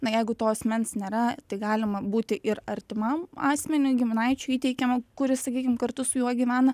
na jeigu to asmens nėra tai galima būti ir artimam asmeniui giminaičiui įteikiama kuris sakykim kartu su juo gyvena